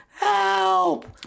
help